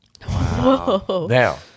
Now